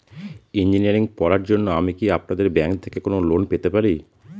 Engineering পড়ার জন্য আমি কি আপনাদের ব্যাঙ্ক থেকে কোন লোন পেতে পারি?